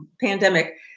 pandemic